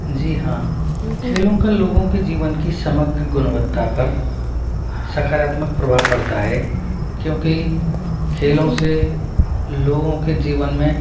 जी हाँ खेलों का लोगों के जीवन की समग्र गुणवत्ता पर सकारात्मक प्रभाव पड़ता है क्योंकि खेलों से लोगों के जीवन में